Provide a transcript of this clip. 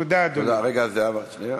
תודה, אדוני.